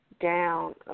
down